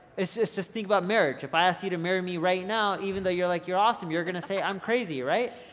it's just just think about marriage, if i ask you to marry me right now, even though you're like, you're awesome, you're gonna say i'm crazy right.